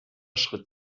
schritt